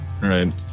Right